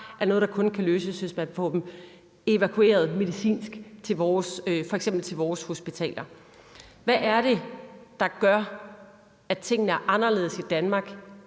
er noget, der kun kan løses, hvis man får dem evakueret medicinsk, f.eks. til vores hospitaler. Hvad er det, der gør, at tingene er anderledes i Danmark,